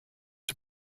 are